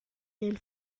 den